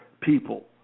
people